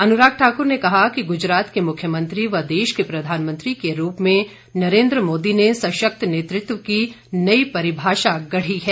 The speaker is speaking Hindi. अनुराग ठाकुर ने कहा कि गुजरात के मुख्यमंत्री व देश के प्रधानमंत्री के रूप में नरेंद्र मोदी ने सशक्त नेतृत्व की नई परिभाषा गढ़ी है